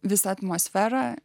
visa atmosfera